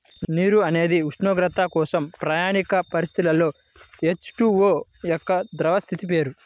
నీరు అనేది ఉష్ణోగ్రత కోసం ప్రామాణిక పరిస్థితులలో హెచ్.టు.ఓ యొక్క ద్రవ స్థితి పేరు